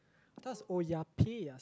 what does Oya-beh-ya~